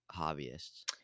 hobbyists